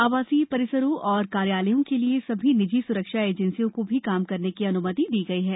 आवासीय परिसरों और कार्यालयों के लिए सभी निजी सुरक्षा एजेंसियों को भी काम करने की अनुमति दी गई है